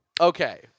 Okay